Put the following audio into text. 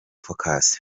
focus